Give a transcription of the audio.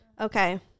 Okay